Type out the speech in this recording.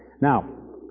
Now